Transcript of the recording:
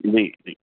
जी जी